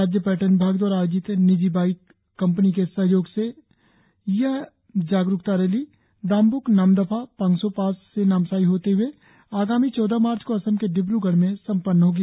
राज्य पर्यटन विभाग दवारा आयोजित निजी बाईक कंपनी के सहयोग से आयोजित यह जागरुकता रैली दामब्क नामदफा पांगसो पास से नामसाई होते हए आगामी चौदह मार्च को असम के डिब्रगढ़ में संपन्न होगी